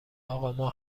اقا، ما